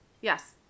Yes